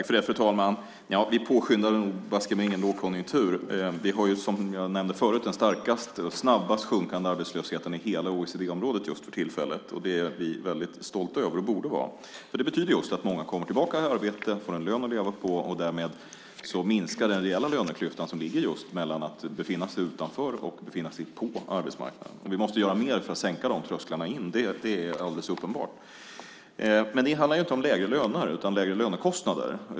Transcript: Fru talman! Vi påskyndar baske mig inte någon lågkonjunktur. Vi har som jag nämnde förut den snabbast sjunkande arbetslösheten i hela OECD-området just för tillfället. Det är vi och borde vara väldigt stolta över. Det betyder att många kommer tillbaka i arbete och får en lön att leva på. Därmed minskar den reella löneklyftan som ligger i att befinna sig utanför och att befinna sig på arbetsmarknaden. Vi måste göra mer för att sänka trösklarna in. Det är alldeles uppenbart. Det handlar inte om lägre löner utan om lägre lönekostnader.